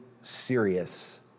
serious